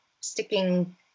sticking